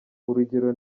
urugero